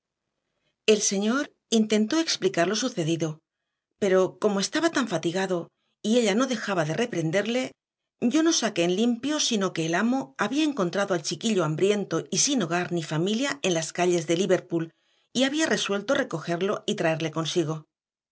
el señor intentó explicar lo sucedido pero como estaba tan fatigado y ella no dejaba de reprenderle yo no saqué en limpio sino que el amo había encontrado al chiquillo hambriento y sin hogar ni familia en las calles de liverpool y había resuelto recogerlo y traerle consigo